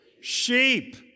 Sheep